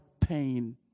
pain